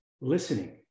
listening